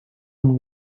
amb